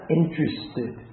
interested